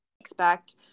expect